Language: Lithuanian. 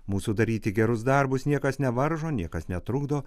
mūsų daryti gerus darbus niekas nevaržo niekas netrukdo